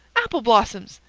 apple-blossoms!